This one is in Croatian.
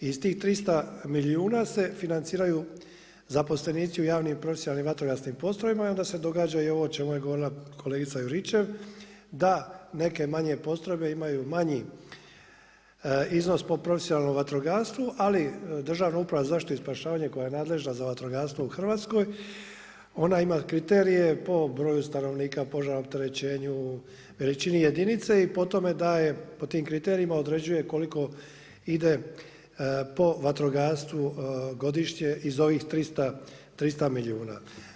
Iz tih 300 milijuna se financiraju zaposlenici u javnim i profesionalnim postrojbama i onda se događa i ovo o čemu je govorila kolegica Juričev, da neke manje postrojbe imaju manji iznos po profesionalnom vatrogastvu, ali Državna uprava za zaštitu i spašavanje koja je nadležna za vatrogastvo u Hrvatskoj, ona ima kriterije po broju stanovnika, požarnom opterećenju, veličini jedinice i po tome daje, po tim kriterijima određuje koliko ide po vatrogastvu godišnje iz ovih 300 milijuna.